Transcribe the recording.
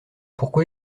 pourquoi